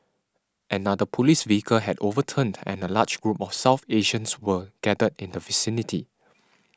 another police vehicle had overturned and a large group of South Asians were gathered in the vicinity